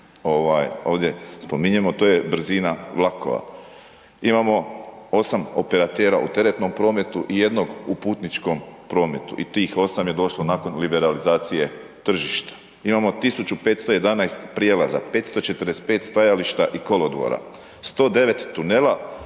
ovdje spominjemo, to je brzina vlakova. Imamo 8 operatera u teretnom prometu i jednog u putničkom prometu i tih 8 je došlo nakon liberalizacije tržišta. Imamo 1511 prijava za 545 stajališta i kolodvora, 109 tunela,